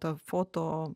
tą foto